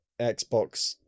Xbox